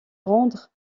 rendre